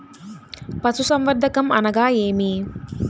పశుసంవర్ధకం అనగా ఏమి?